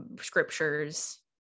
scriptures